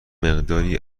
مقداری